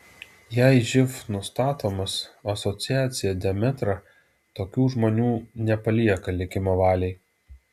jei živ nustatomas asociacija demetra tokių žmonių nepalieka likimo valiai